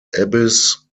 abyss